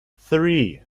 three